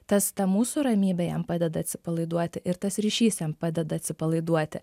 tas ta mūsų ramybė jam padeda atsipalaiduoti ir tas ryšys jam padeda atsipalaiduoti